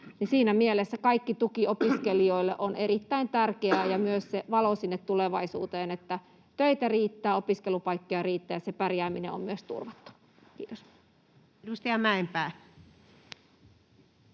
siinä mielessä kaikki tuki opiskelijoille on erittäin tärkeää ja myös se valo sinne tulevaisuuteen, että töitä riittää, opiskelupaikkoja riittää ja se pärjääminen on myös turvattu. — Kiitos. [Speech